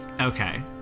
Okay